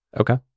Okay